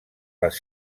les